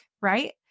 right